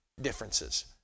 differences